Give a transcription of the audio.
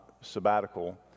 sabbatical